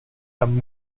tam